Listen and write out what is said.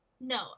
No